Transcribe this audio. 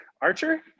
Archer